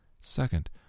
Second